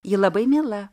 ji labai miela